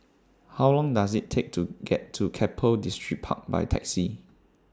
How Long Does IT Take to get to Keppel Distripark By Taxi